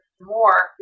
more